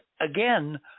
again